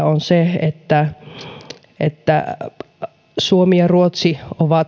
on se että että suomi ja ruotsi ovat